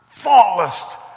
faultless